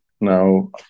Now